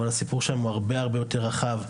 אבל הסיפור שלהם הוא הרבה יותר רחב.